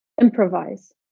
improvise